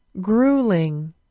Grueling